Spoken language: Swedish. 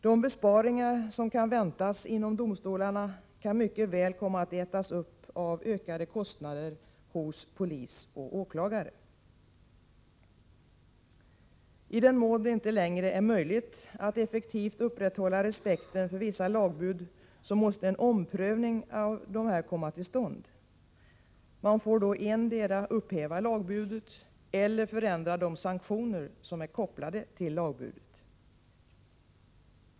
De besparingar som kan förväntas ske inom domstolarna kan mycket väl komma att ätas upp av ökade kostnader hos polis och åklagare. I den mån det inte längre är möjligt att effektivt upprätthålla respekten för vissa lagbud måste en omprövning av dessa komma till stånd. Man får då endera upphäva lagbudet eller förändra de sanktioner som är kopplade till lagbudet.